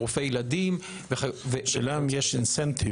רופאי ילדים --- השאלה אם יש incentive,